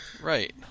Right